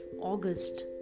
August